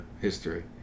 history